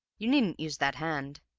you needn't use that hand